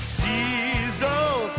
diesel